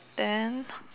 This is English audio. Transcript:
then